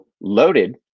loaded